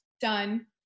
Done